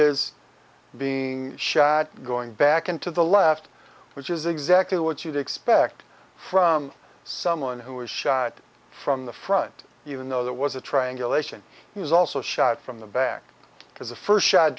is being shot going back into the left which is exactly what you'd expect from someone who was shot from the front even though there was a triangulation he was also shot from the back because the first shot